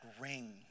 ring